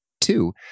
Two